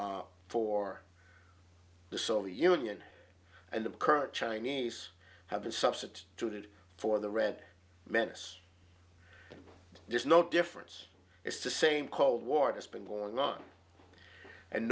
for the soviet union and the current chinese have been substituted for the red menace there's no difference it's the same cold war has been going on and